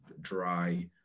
dry